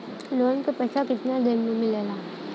Loan के पैसा कितना दिन मे मिलेला?